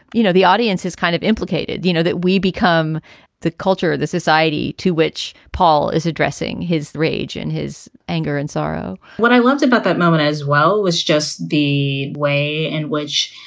you know, the audience is kind of implicated. you know that we become the culture, the society to which paul is addressing his rage and his anger and sorrow what i love about that moment as well was just the way in which,